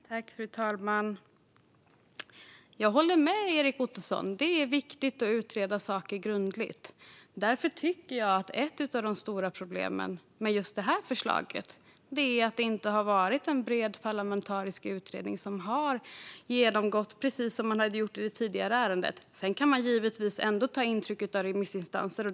Fru talman! Jag håller med Erik Ottoson om att det är viktigt att utreda saker grundligt. Därför tycker jag att ett av de stora problemen med det här förslaget är att det inte har varit en bred parlamentarisk utredning som har gått igenom frågan, precis som man har gjort i det tidigare ärendet. Sedan kan man givetvis ändå ta intryck av remissinstanser.